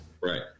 Right